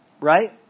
right